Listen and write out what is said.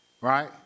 right